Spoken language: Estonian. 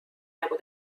nagu